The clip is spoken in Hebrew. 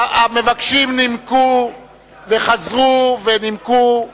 המבקשים נימקו וחזרו ונימקו,